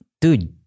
dude